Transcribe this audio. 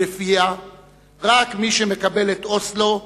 ולפיה רק מי שמקבל את אוסלו,